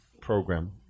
program